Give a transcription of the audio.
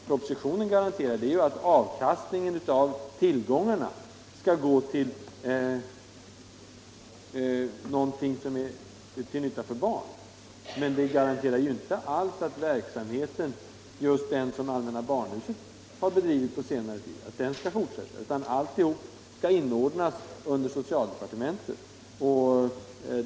Propositionen garanterar bara att avkastningen av tillgångarna kommer att gå till någonting som är till nytta för barn. Men den garanterar inte alls att just den verksamhet som allmänna barnhuset drivit på senare tid skall fortsätta, utan alltihop skall inordnas under socialdepartementet.